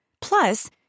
Plus